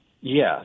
Yes